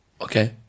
Okay